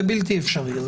זה בלתי אפשרי.